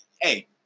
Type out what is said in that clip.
hey